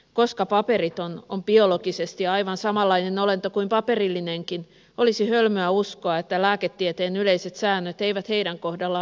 koska paperiton on biologisesti aivan samanlainen olento kuin paperillinenkin olisi hölmöä uskoa että lääketieteen yleiset säännöt eivät heidän kohdallaan pätisi